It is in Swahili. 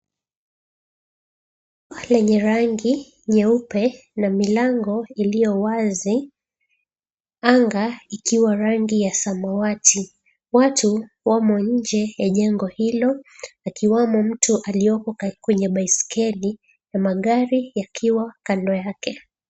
Lenye rangi nyeupe na milango iliyo wazi anga ikiwa rangi ya samawati. Watu wamo nje ya jengo hilo akiwamo mtu aliyeko kwenye baiskeli na magari yakiwa kando yake.